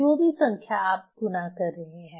जो भी संख्या आप गुणा कर रहे हैं